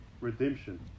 redemption